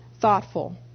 thoughtful